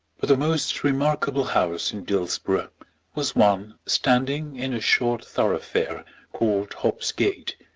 but the most remarkable house in dillsborough was one standing in a short thoroughfare called hobbs gate,